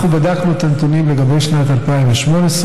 אנחנו בדקנו את הנתונים לגבי שנת 2018,